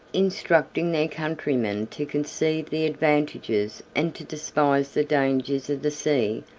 instructing their countrymen to conceive the advantages and to despise the dangers of the sea,